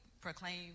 proclaim